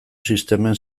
sistemen